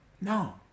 No